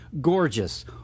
gorgeous